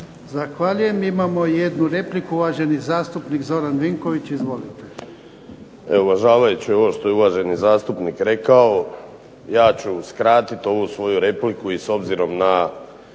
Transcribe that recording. Zahvaljujem. Imamo jednu repliku, uvaženi zastupnik Zoran Vinković. Izvolite.